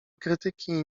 krytyki